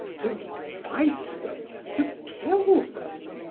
to fight them, to kill them.